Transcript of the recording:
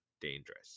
dangerous